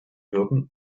wirken